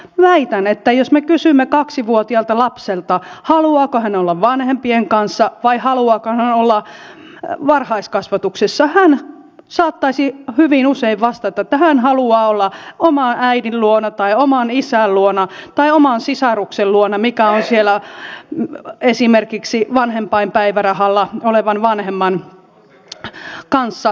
väitän että jos me kysymme kaksivuotiaalta lapselta haluaako hän olla vanhempien kanssa vai haluaako hän olla varhaiskasvatuksessa hän saattaisi hyvin usein vastata että hän haluaa olla oman äidin luona tai oman isän luona tai oman sisaruksen luona eli siellä esimerkiksi vanhempainpäivärahalla olevan vanhemman kanssa kotona